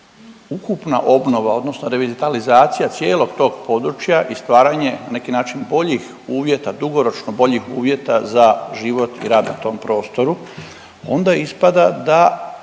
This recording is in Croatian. ukupna obnova odnosno revitalizacija cijelog tog područja i stvaranje na neki način boljih uvjeta, dugoročno boljih uvjeta za život i rad na tom prostoru onda ispada da